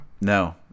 No